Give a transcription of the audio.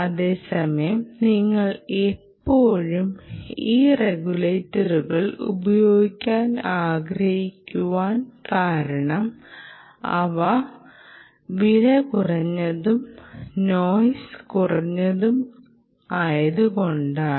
അതേ സമയം നിങ്ങൾ ഇപ്പോഴും ഈ റെഗുലേറ്ററുകൾ ഉപയോഗിക്കാൻ ആഗ്രഹിക്കുവാൻ കാരണം അവ വിലകുറഞ്ഞതും നോയിസ് കുറവായതും കൊണ്ടാണ്